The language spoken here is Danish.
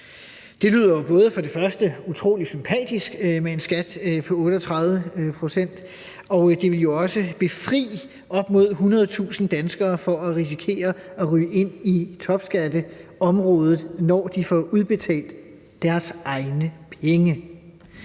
Det lyder for det første både utrolig sympatisk med en skat på 38 pct., og det vil jo også befri op imod 100.000 danskere for at risikere at ryge ind i topskatteområdet, når de får udbetalt deres egne penge.